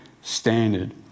standard